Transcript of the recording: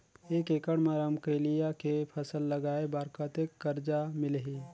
एक एकड़ मा रमकेलिया के फसल लगाय बार कतेक कर्जा मिलही?